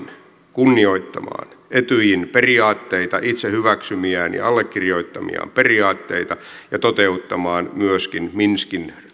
kunnioittamaan etyjin periaatteita itse hyväksymiään ja allekirjoittamiaan periaatteita ja toteuttamaan myöskin minskin